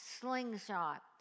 slingshot